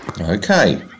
Okay